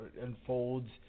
unfolds